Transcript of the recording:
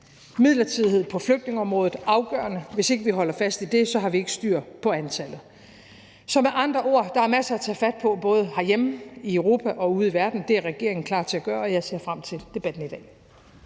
Midlertidighed på flygtningeområdet er afgørende, og hvis ikke vi holder fast i det, har vi ikke styr på antallet. Så med andre ord er der masser at tage fat på, både herhjemme, i Europa og ude i verden, og det er regeringen klar til at gøre, og jeg ser frem til debatten i dag.